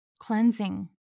cleansing